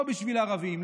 לא בשביל ערבים,